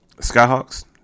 Skyhawks